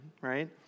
right